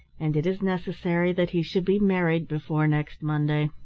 and it is necessary that he should be married before next monday.